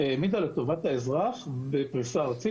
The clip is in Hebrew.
העמידה לטובת האזרח בפריסה ארצית.